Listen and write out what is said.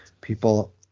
people